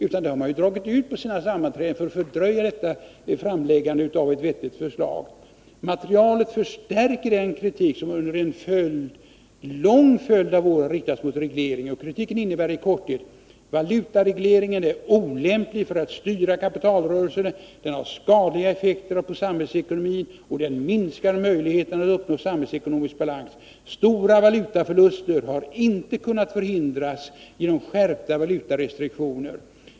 Man har alltså dragit ut på sina sammanträden för att fördröja framläggandet av ett vettigt förslag. Bankföreningen anför vidare: ”Materialet förstärker den kritik som under en lång följd av år har riktats mot regleringen. Kritiken innebär i korthet: Valutaregleringen är olämplig för att styra kapitalrörelserna, den har skadliga effekter på samhällsekonomin och den minskar möjligheterna att uppnå samhällsekonomisk balans. Stora valutaförluster har inte kunnat förhindras genom skärpta valutarestriktioner.